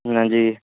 ਹਾਂਜੀ